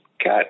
cat